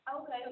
Okay